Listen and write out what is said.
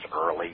early